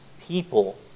people